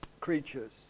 creatures